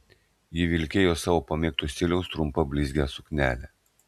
ji vilkėjo savo pamėgto stiliaus trumpą blizgią suknelę